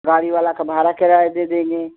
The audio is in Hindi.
ट्राली वाला तुम्हारा किराया दे देंगे